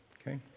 Okay